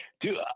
Dude